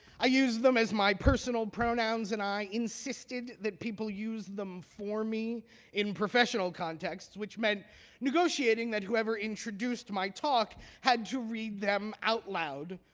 i used them as my personal pronouns and i insisted that people use them for me in professional contexts, which meant negotiating that whoever introduced my talk had to read them out loud